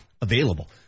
available